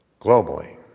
globally